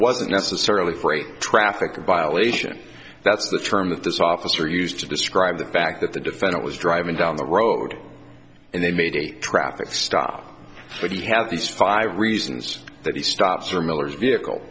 wasn't necessarily freight traffic violation that's the term that this officer used to describe the fact that the defendant was driving down the road and they made a traffic stop but he had these five reasons that he stops or miller's vehicle